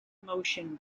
motion